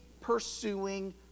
pursuing